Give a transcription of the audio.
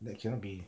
that cannot be